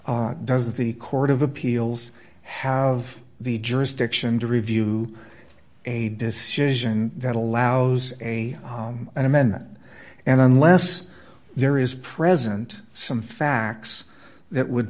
doesn't the court of appeals have the jurisdiction to review a decision that allows a an amendment and unless there is present some facts that would